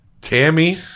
Tammy